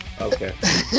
Okay